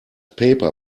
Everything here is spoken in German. paper